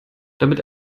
damit